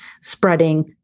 spreading